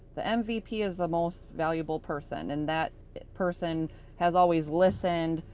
the mvp is the most valuable person, and that person has always listened,